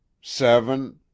seven